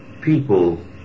people